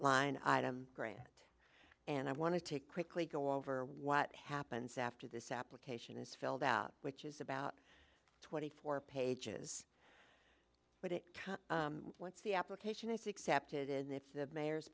line item grant and i want to take quickly go over what happens after this application is filled out which is about twenty four pages but it comes once the application is excepted if the mayor's